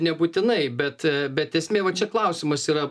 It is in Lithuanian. nebūtinai bet bet esmė va čia klausimas yra